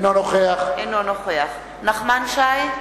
אינו נוכח נחמן שי,